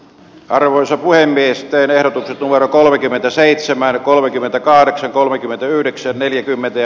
arvoisa puhemies teiden numero kolmekymmentäseitsemän kolmekymmentäkahdeksan kolmekymmentäyhdeksän neljäkymmentä